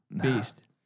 beast